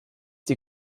die